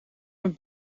met